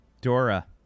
Dora